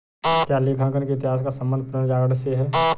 क्या लेखांकन के इतिहास का संबंध पुनर्जागरण से है?